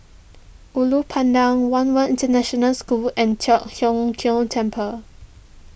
Ulu Pandan one World International School and Teck Keng Temple